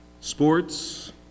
sports